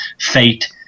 fate